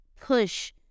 push